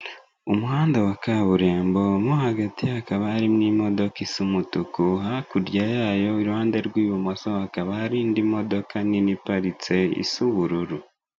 umuhanda wa kaburimbo mo hagati hakaba harimo imodoka isa umutuku, hakurya yayo iruhande rw'ibumoso hakaba hari indi modoka nini iparitsesa ubururu.